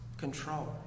control